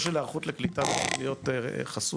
הנושא של היערכות לקליטה לא צריך להיות חסוי.